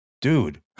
dude